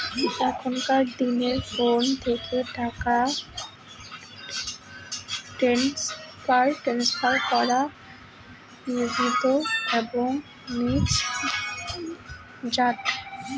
এখনকার দিনে ফোন থেকে টাকা ট্রান্সফার করা নির্বিঘ্ন এবং নির্ঝঞ্ঝাট